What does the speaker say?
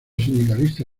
sindicalista